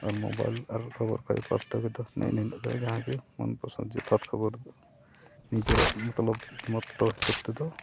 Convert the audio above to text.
ᱟᱨ mobile ᱟᱨ ᱠᱷᱚᱵᱚᱨ ᱠᱟᱜᱚᱡᱽ ᱯᱟᱨᱛᱷᱚᱠᱠᱚ ᱫᱚ ᱱᱮᱜᱼᱮ ᱱᱤᱱᱟᱹᱜ ᱜᱮ ᱡᱟᱦᱟᱸ ᱜᱮ ᱢᱚᱱ ᱯᱚᱨᱥᱚᱱᱫ ᱡᱚᱛᱷᱟᱛ ᱠᱷᱚᱵᱚᱨ ᱫᱚ ᱱᱤᱡᱮᱨᱟᱜ ᱢᱚᱛᱞᱚᱵ ᱢᱚᱛᱚ ᱦᱤᱥᱟᱹᱵᱽ ᱛᱮᱫᱚ